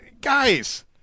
guys